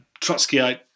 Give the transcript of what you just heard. Trotskyite